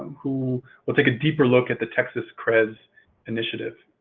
who will take a deeper look at the texas crez initiative.